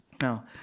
Now